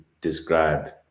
describe